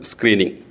Screening